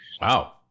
Wow